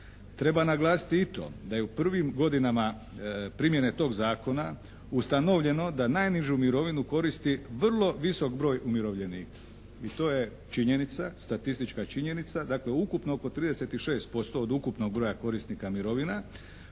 Treba naglasiti i to da je u prvim godinama primjene tog zakona ustanovljeno da najnižu mirovinu koristi vrlo visok broj umirovljenih i to je statistička činjenica, dakle ukupno oko 36% od ukupnog broja korisnika mirovina